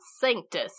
sanctus